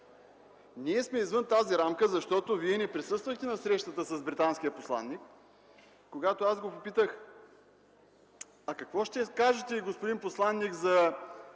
Ние сме извън тази рамка, защото Вие не присъствахте на срещата с британския посланик и когато аз го попитах: „А какво ще кажете, господин посланик, за